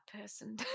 person